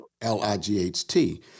L-I-G-H-T